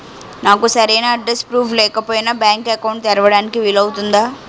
నాకు సరైన address proof లేకపోయినా బ్యాంక్ అకౌంట్ తెరవడానికి వీలవుతుందా?